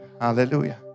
Hallelujah